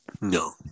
No